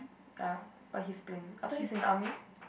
ya but he's playing I thought he is in the army